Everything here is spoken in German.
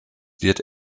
wird